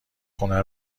خونه